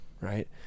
right